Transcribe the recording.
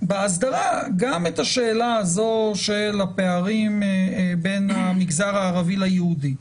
באסדרה גם את השאלה של הפערים בין המגזר הערבי ליהודי.